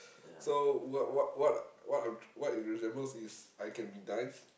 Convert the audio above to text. so what what what what what it resembles is I can be nice